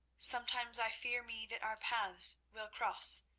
sometimes i fear me that our paths will cross,